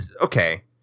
okay